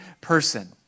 person